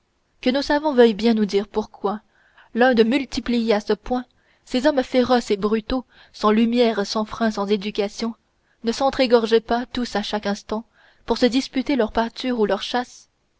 que nos savants veuillent bien nous dire pourquoi loin de multiplier à ce point ces hommes féroces et brutaux sans lumières sans frein sans éducation ne s'entr'égorgeaient pas tous à chaque instant pour se disputer leur pâture ou leur chasse